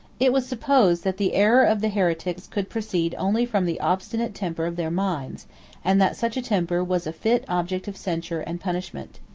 it was supposed, that the error of the heretics could proceed only from the obstinate temper of their minds and that such a temper was a fit object of censure and punishment.